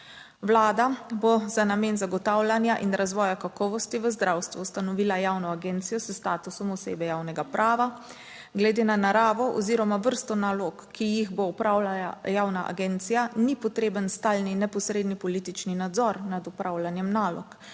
Vlada bo za namen zagotavljanja in razvoja kakovosti v zdravstvu ustanovila javno agencijo s statusom osebe javnega prava. Glede na naravo oziroma vrsto nalog, ki jih bo opravljala javna agencija, ni potreben stalni neposredni politični nadzor nad opravljanjem nalog.